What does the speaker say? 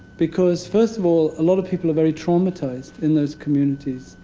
because, first of all, a lot of people are very traumatized in those communities.